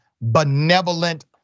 benevolent